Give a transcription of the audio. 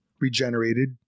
regenerated